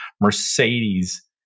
Mercedes